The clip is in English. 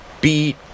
beat